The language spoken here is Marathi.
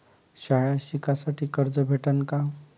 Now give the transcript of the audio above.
शाळा शिकासाठी कर्ज भेटन का?